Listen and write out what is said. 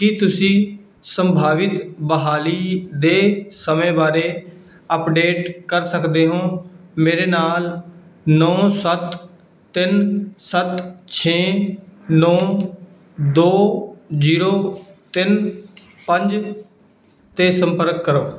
ਕੀ ਤੁਸੀਂ ਸੰਭਾਵਿਤ ਬਹਾਲੀ ਦੇ ਸਮੇਂ ਬਾਰੇ ਅੱਪਡੇਟ ਕਰ ਸਕਦੇ ਹੋ ਮੇਰੇ ਨਾਲ ਨੌਂ ਸੱਤ ਤਿੰਨ ਸੱਤ ਛੇ ਨੌਂ ਦੋ ਜ਼ੀਰੋ ਤਿੰਨ ਪੰਜ 'ਤੇ ਸੰਪਰਕ ਕਰੋ